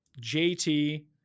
JT